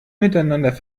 miteinander